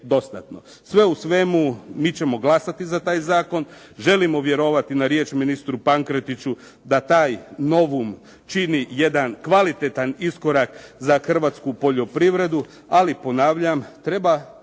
Sve u svemu, mi ćemo glasati za taj zakon. Želimo vjerovati na riječ ministru Pankretiću da taj novum čini jedan kvalitetan iskorak za hrvatsku poljoprivredu. Ali ponavljam, treba